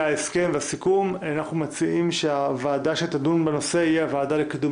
קביעת ועדה לדיון בהצעה